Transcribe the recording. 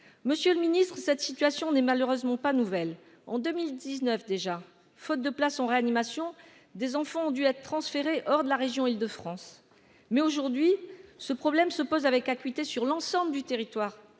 monsieur le Ministre, cette situation n'est malheureusement pas nouvelle en 2019 déjà, faute de place en réanimation des enfants ont dû être transférés hors de la région Île-de-France, mais aujourd'hui ce problème se pose avec acuité sur l'ensemble du territoire